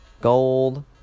gold